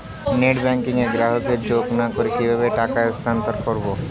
Net banking এ গ্রাহককে যোগ না করে কিভাবে টাকা স্থানান্তর করব?